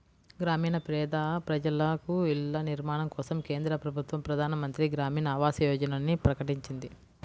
గ్రామీణ పేద ప్రజలకు ఇళ్ల నిర్మాణం కోసం కేంద్ర ప్రభుత్వం ప్రధాన్ మంత్రి గ్రామీన్ ఆవాస్ యోజనని ప్రకటించింది